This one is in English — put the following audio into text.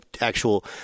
actual